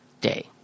day